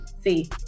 See